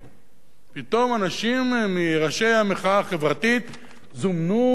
פתאום אנשים מראשי המחאה החברתית זומנו למשטרה